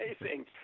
amazing